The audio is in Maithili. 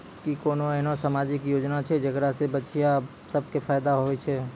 कि कोनो एहनो समाजिक योजना छै जेकरा से बचिया सभ के फायदा होय छै?